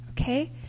Okay